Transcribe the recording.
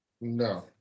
No